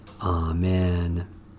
Amen